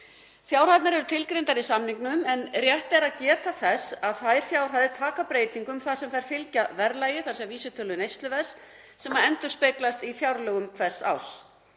Fjárhæðirnar eru tilgreindar í samningnum en rétt er að geta þess að þær fjárhæðir taka breytingum þar sem þær fylgja verðlagi, þ.e. vísitölu neysluverðs, sem endurspeglast í fjárlögum hvers árs.